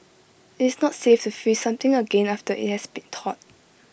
it's not safe to freeze something again after IT has be thawed